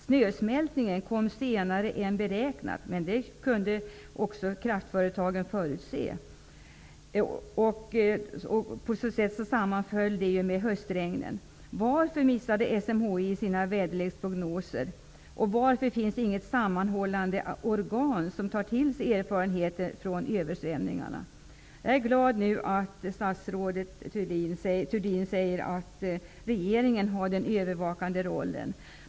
Snösmältningen kom senare än beräknat och sammanföll därigenom med höstregnen, men det kunde också kraftföretagen förutse. Varför missade SMHI i sina väderleksprognoser, och varför finns det inte något sammanhållande organ, som tar till sig erfarenheterna från översvämningar? Jag är glad över att statsrådet Thurdin nu säger att regeringen har den övervakande rollen.